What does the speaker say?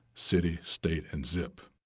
city, state and zip.